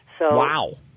Wow